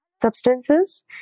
substances